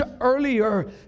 earlier